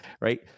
right